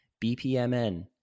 BPMN